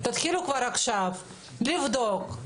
תתחילו כבר עכשיו לבדוק,